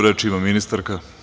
Reč ima ministarka.